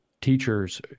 teachers